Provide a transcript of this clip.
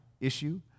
issue